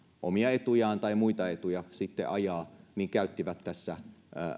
omia etujaan tai muita etuja ajaa ja käyttivät sitä tässä